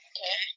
Okay